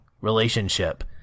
relationship